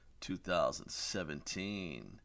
2017